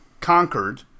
conquered